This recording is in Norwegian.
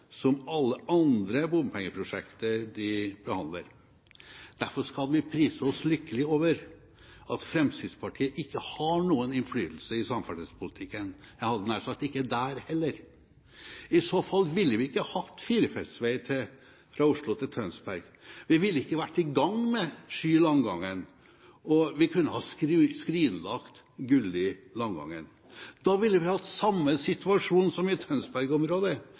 som ved alle andre bompengeprosjekter de behandler. Derfor skal vi prise oss lykkelige over at Fremskrittspartiet ikke har noen innflytelse i samferdselspolitikken – jeg hadde nær sagt: ikke der heller. I så fall ville vi ikke hatt firefelts vei fra Oslo til Tønsberg. Vi ville ikke vært i gang med Sky–Langangen, og vi kunne ha skrinlagt Gulli–Langåker. Da ville vi hatt samme situasjon som den i